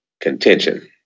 contention